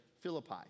Philippi